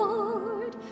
Lord